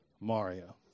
Mario